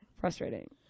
frustrating